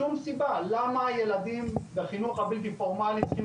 שום סיבה למה הילדים בחינוך הבלתי פורמלי צריכים